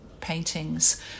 paintings